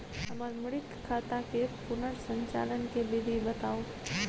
हमर मृत खाता के पुनर संचालन के विधी बताउ?